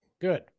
Good